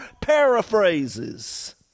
paraphrases